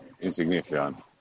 insignificant